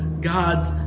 God's